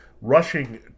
rushing